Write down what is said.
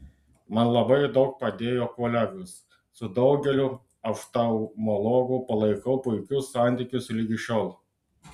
man labai daug padėjo kolegos su daugeliu oftalmologų palaikau puikius santykius ligi šiol